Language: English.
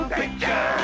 picture